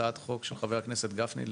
הצעת חוק לש חבר הכנסת גפני,